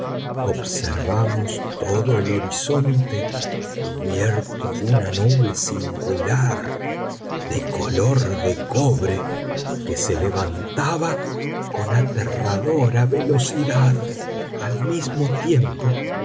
observamos todo el horizonte cubierto de una nube singular de color de cobre que se levantaba con aterradora velocidad al mismo tiempo